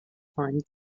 find